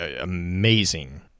amazing